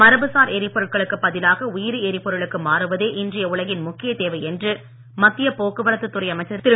மரபுசார் எரிபொருட்களுக்கு பதிலாக உயிரி எரிபொருளுக்கு மாறுவதே இன்றைய உலகின் முக்கியத் தேவை என்று மத்திய போக்குவரத்து துறை அமைச்சர் திரு